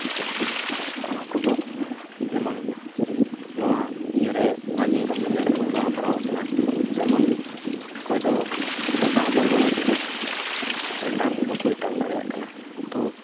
ᱠᱚᱲᱟ ᱠᱚᱫᱚ ᱡᱮᱢᱚᱱ ᱱᱚᱣᱟ ᱤᱭᱟᱹ ᱨᱮ ᱵᱷᱟᱜᱮ ᱚᱥᱩᱵᱤᱫᱟ ᱨᱮᱠᱚ ᱯᱟᱲᱟᱣ ᱵᱟᱲᱟᱣ ᱠᱟᱱᱟ ᱡᱮᱢᱚᱱ ᱚᱠᱚᱭ ᱫᱚ ᱴᱟᱠᱟ ᱦᱟᱛᱟᱣ ᱵᱟᱲᱟ ᱠᱟᱛᱮ ᱨᱤᱴᱟᱱ ᱵᱟᱠᱚ ᱨᱤᱴᱟᱱ ᱫᱟᱲᱮᱭᱟᱜ ᱠᱟᱱᱟ ᱛᱚ